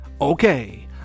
Okay